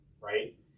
right